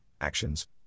actions